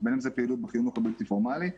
בין אם זו פעילות בחינוך הבלתי פורמלי,